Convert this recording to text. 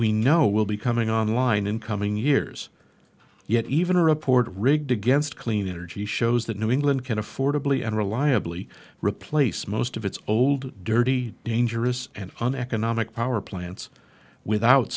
we know will be coming online in coming years yet even a report rigged against clean energy shows that new england can affordably and reliably replace most of its old dirty dangerous and on economic power plants without